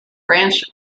branch